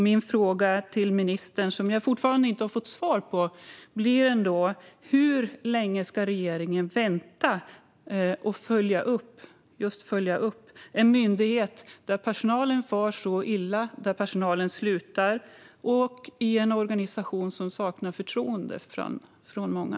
Min fråga till ministern, som jag fortfarande inte har fått svar på, blir: Hur länge ska regeringen vänta med att följa upp en myndighet där personalen far så illa och där personalen slutar? Detta är en organisation som många saknar förtroende för.